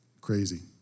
crazy